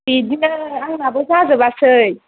बिदिनो आंनाबो जाजोबासै